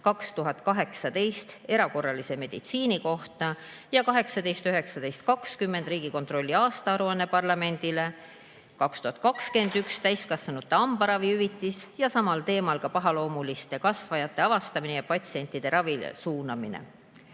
2018 "Erakorraline meditsiin", 2018, 2019, 2020 Riigikontrolli aastaaruanne parlamendile, 2021 "Täiskasvanute hambaravihüvitis" ja samal teemal ka "Pahaloomuliste kasvajate avastamine ja patsiendi ravile suunamine".